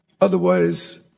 Otherwise